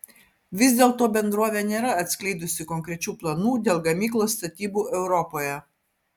vis dėlto bendrovė nėra atskleidusi konkrečių planų dėl gamyklos statybų europoje